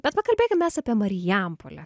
bet pakalbėkim mes apie marijampolę